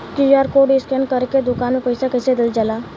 QR code scan करके दुकान में पईसा कइसे देल जाला?